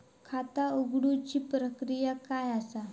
खाता उघडुची प्रक्रिया काय असा?